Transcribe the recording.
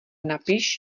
napiš